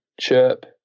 Chirp